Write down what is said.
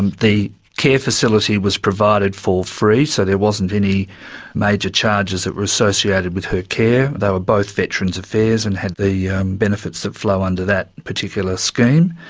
and the care facility was provided for free, so there wasn't any major charges that were associated with her care. they were both veterans' affairs and had the benefits that flow under that particular scheme.